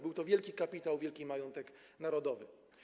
Był to wielki kapitał, wielki majątek narodowy.